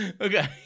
Okay